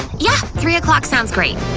yeah, three o'clock sounds great!